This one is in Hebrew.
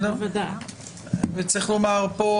נתייחס לזה,